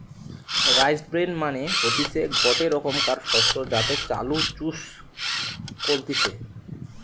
rice bran মানে হতিছে গটে রোকমকার শস্য যাতে চাল চুষ কলতিছে